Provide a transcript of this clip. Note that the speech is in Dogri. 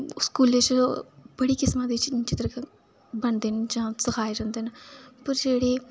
स्कूलै च बड़ी किस्मां दे चित्र बनांदे न जां सि जंदे न पर जेह्ड़े